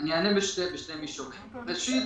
אענה בשני מישורים: ראשית,